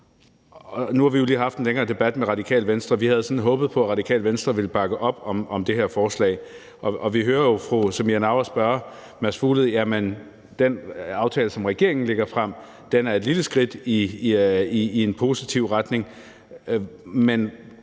Nu har vi jo lige haft en længere debat med Radikale Venstre. Vi havde sådan håbet på, at Radikale Venstre ville bakke op om det her forslag, og vi hører jo fru Samira Nawa spørge hr. Mads Fuglede. Den aftale, som regeringen lægger frem, er et lille skridt i en positiv retning, men